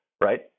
right